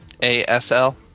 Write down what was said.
A-S-L